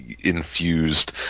infused